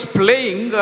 playing